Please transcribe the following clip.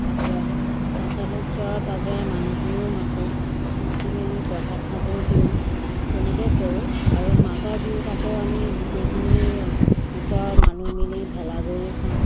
আগবঢ়াওঁ তাৰপাছত ওচৰৰ পাজৰে মানুহখিনিও মাতোঁ মাতি মেলি প্ৰসাদ খাবও দিওঁ তেনেকৈ কৰোঁ আৰু মাঘৰ বিহুত আকৌ আমি গোটেইখিনি ওচৰৰ মানুহ মিলি ভেলাঘৰো খাওঁ